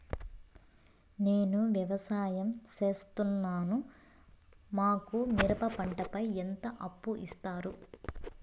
నేను వ్యవసాయం సేస్తున్నాను, మాకు మిరప పంటపై ఎంత అప్పు ఇస్తారు